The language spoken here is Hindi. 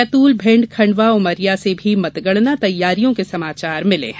बैतूल भिंड खंडवा उमरिया से भी मतगणना तैयारियों की समाचार मिले है